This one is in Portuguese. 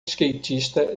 skatista